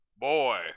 Boy